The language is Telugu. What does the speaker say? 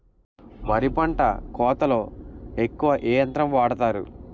వరి పంట కోతలొ ఎక్కువ ఏ యంత్రం వాడతారు?